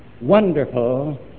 wonderful